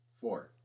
Four